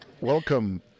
Welcome